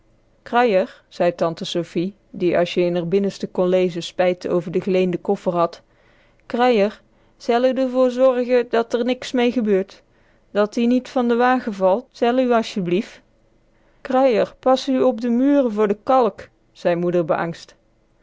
kruier zei tante sofie die as je in r binnenste kon lezen spijt over de geleende koffer had kruier zei u d'r voor zorrege dat r niks mee gebeurt dat-ie niet van de wagen valt zei u asjeblief kruier pas u op de muren voor de kalk zei moeder beangst